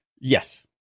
yes